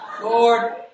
Lord